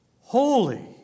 holy